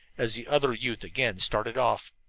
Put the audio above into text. as the other youth again started off.